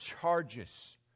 charges